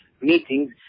meetings